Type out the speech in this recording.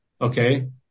okay